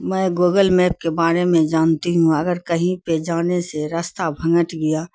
میں Google map کے بارے میں جانتی ہوں اگر کہیں پہ جانے سے راستہ بھٹک گیا